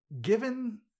Given